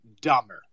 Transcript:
dumber